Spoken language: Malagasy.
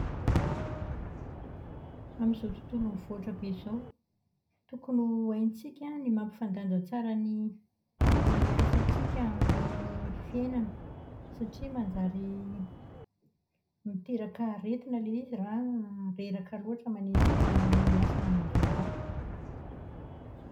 Amin'izao tontolo mivoatra be izao, tokony ho haintsika ny mampifandanja tsara ny asantsika amin'ny fiainana. Satria manjary miteraka aretina ilay izy raha reraka loatra manenjika ny asa aman-draharaha.